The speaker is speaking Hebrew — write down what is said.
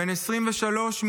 בן 23,